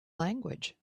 language